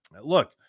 Look